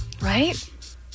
Right